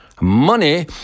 Money